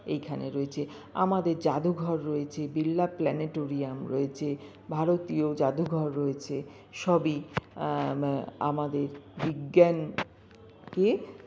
এখানে রয়েছে আমাদের জাদুঘর রয়েছে বিড়লা প্লানেটোরিয়াম রয়েছে ভারতীয় জাদুঘর রয়েছে সবই আমাদের বিজ্ঞানকে